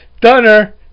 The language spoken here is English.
Dunner